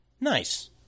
Nice